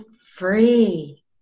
free